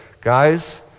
guys